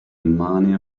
mania